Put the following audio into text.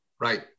Right